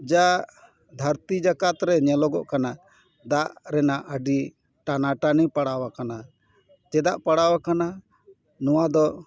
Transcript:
ᱡᱟ ᱫᱷᱟᱹᱨᱛᱤ ᱡᱟᱠᱟᱛ ᱨᱮ ᱧᱮᱞᱚᱜ ᱠᱟᱱᱟ ᱫᱟᱜ ᱨᱮᱱᱟᱜ ᱟᱹᱰᱤ ᱴᱟᱱᱟᱴᱟᱹᱱᱤ ᱯᱟᱲᱟᱣ ᱟᱠᱟᱱᱟ ᱪᱮᱫᱟᱜ ᱯᱟᱲᱟᱣ ᱟᱠᱟᱱᱟ ᱱᱚᱣᱟ ᱫᱚ